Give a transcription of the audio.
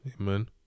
Amen